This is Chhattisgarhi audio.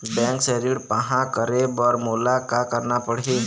बैंक से ऋण पाहां करे बर मोला का करना पड़ही?